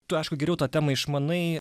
tu aišku geriau tą temą išmanai